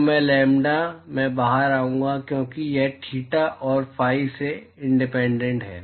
तो मैं लैम्ब्डा मैं बाहर आऊंगा क्योंकि यह थीटा और फी से इंडिपेंडेंट है